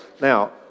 Now